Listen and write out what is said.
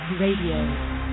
Radio